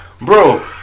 Bro